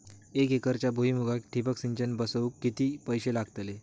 एक एकरच्या भुईमुगाक ठिबक सिंचन बसवूक किती पैशे लागतले?